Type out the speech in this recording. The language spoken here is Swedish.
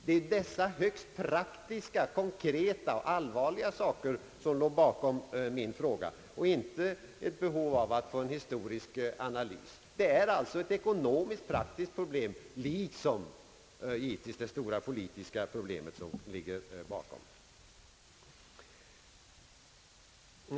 Det var dessa högst praktiska, konkreta och allvarliga saker som låg bakom min fråga och inte ett behov av att få en historisk analys. Det är här fråga om ett ekonomiskt och praktiskt problem, liksom givetvis också om ett stort politiskt problem.